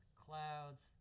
clouds